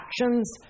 actions